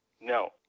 No